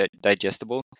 digestible